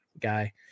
guy